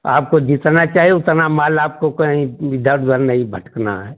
आपको जितना चाहिए उतना माल आपको कहीं इधर उधर नहीं भटकना है